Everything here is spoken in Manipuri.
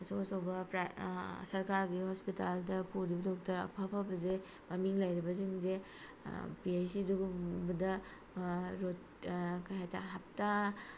ꯑꯆꯧ ꯑꯆꯧꯕ ꯁꯔꯀꯥꯔꯒꯤ ꯍꯣꯁꯄꯤꯇꯥꯜꯗ ꯄꯨꯔꯤꯕ ꯗꯣꯛꯇꯔ ꯑꯐ ꯑꯐꯕꯁꯦ ꯃꯃꯤꯡ ꯂꯩꯔꯕꯁꯤꯡꯁꯦ ꯄꯤ ꯑꯩꯁ ꯁꯤ ꯑꯗꯨꯒꯨꯝꯕꯗ ꯄꯨꯕꯗ ꯀꯔꯤ ꯍꯥꯏꯇꯥꯔꯦ ꯍꯞꯇꯥ